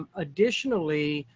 ah additionally,